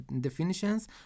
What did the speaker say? definitions